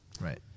Right